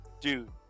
dude